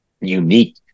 unique